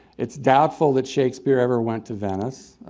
it's doubtful that shakespeare ever went to venice,